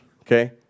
Okay